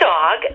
Dog